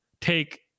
take